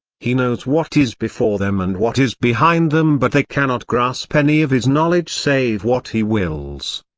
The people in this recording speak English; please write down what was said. he knows what is before them and what is behind them but they cannot grasp any of his knowledge save what he wills.